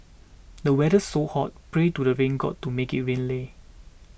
the weather's so hot pray to the rain god to make it rain leh